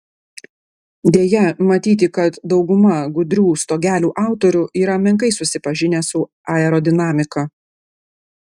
deja matyti kad dauguma gudrių stogelių autorių yra menkai susipažinę su aerodinamika